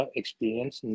experience